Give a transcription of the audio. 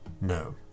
No